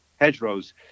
hedgerows